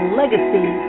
legacy